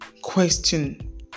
Question